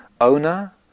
owner